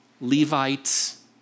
Levites